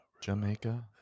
Jamaica